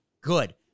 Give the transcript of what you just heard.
good